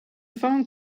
phone